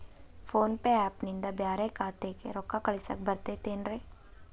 Phone pay app ನಿಂದ ಬ್ಯಾರೆ ಖಾತೆಕ್ ರೊಕ್ಕಾ ಕಳಸಾಕ್ ಬರತೈತೇನ್ರೇ?